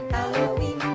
Halloween